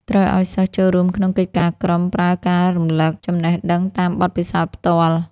ត្រូវឲ្យសិស្សចូលរួមក្នុងកិច្ចការក្រុម ប្រើការរំលឹកចំណេះដឹងតាមបទពិសោធន៍ផ្ទាល់។